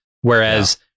whereas